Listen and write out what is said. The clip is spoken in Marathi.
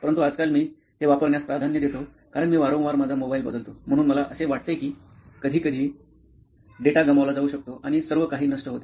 परंतु आजकाल मी ते वापरण्यास प्राधान्य देतो कारण मी वारंवार माझा मोबाइल बदलतो म्हणून मला असे वाटते की कधीकधी डेटा गमावला जाऊ शकतो आणि सर्व काही नष्ट होते